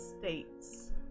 States